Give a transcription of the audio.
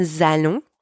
allons